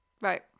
Right